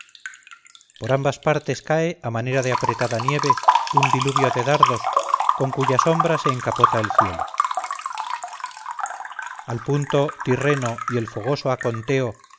por ambas partes cae a manera de apretada nieve un diluvio de dardos con cuya sombra se encapota el cielo al punto tirreno y el fogoso aconteo